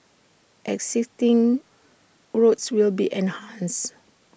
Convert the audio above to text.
existing routes will be enhanced